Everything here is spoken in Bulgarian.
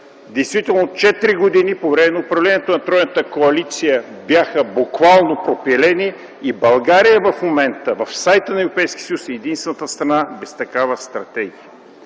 действително четири години по време на управлението на тройната коалиция бяха буквално пропилени и България в момента в сайта на Европейския съюз е единствената страна без такава стратегия.